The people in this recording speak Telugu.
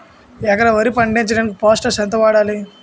ఎకరం వరి పండించటానికి పొటాష్ ఎంత వాడాలి?